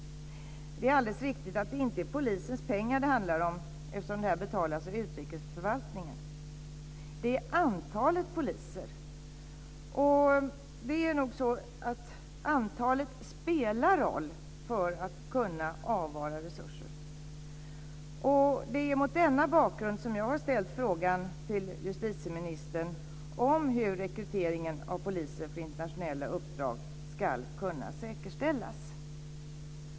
Det är alldeles riktigt att det inte är polisens pengar det handlar om, eftersom detta betalas av utrikesförvaltningen. Det är antalet poliser det gäller. Antalet spelar roll för att kunna avvara resurser. Det är mot denna bakgrund som jag har ställt frågan till justitieministern om hur rekryteringen av poliser till internationella uppdrag ska kunna säkerställas.